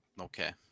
okay